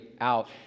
out